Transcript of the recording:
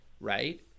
right